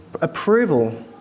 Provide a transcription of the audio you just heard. approval